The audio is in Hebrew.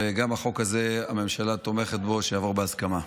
וגם בחוק הזה הממשלה תומכת, שיעבור בהסכמה.